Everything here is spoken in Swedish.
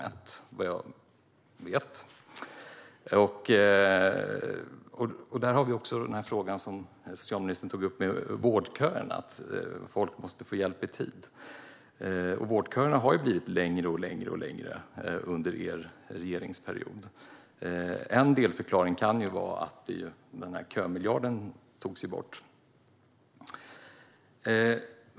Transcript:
Där har vi också frågan om vårdköerna, som ministern tog upp - folk måste få hjälp i tid. Vårdköerna har blivit längre och längre under er regeringsperiod. En delförklaring kan vara att kömiljarden togs bort.